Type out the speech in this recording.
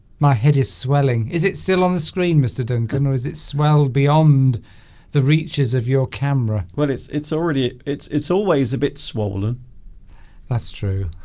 my head is swelling is it still on the screen mr. duncan oh as it's well beyond the reaches of your camera well it's it's already it's it's always a bit swollen that's true